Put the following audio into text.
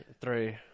Three